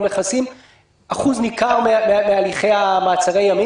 אבל מכסים אחוז ניכר מהליכי מעצרי ימים.